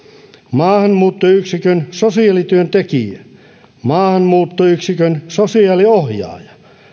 maahanmuuttoyksikön sosiaalityöntekijä maahanmuuttoyksikön sosiaaliohjaaja